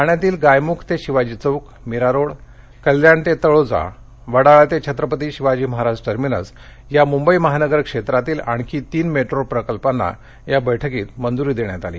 ठाण्यातील गायमुख ते शिवाजी चौक मीरारोडकल्याण ते तळोजा वडाळा ते छत्रपती शिवाजी महाराज टर्मीनस या मुंबई महानगर क्षेत्रातील आणखी तीन मेट्रो प्रकल्पांना या बैठकीत मंजूरी देण्यात आली